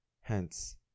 Hence